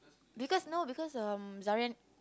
because no because um Zahrin